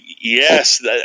Yes